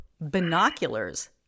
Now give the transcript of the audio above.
binoculars